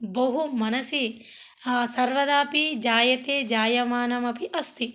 बहु मनसि सर्वदापि जायते जायमानमपि अस्ति